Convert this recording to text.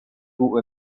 two